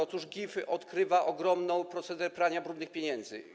Otóż GIIF odkrywa ogromny proceder prania brudnych pieniędzy.